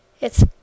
It's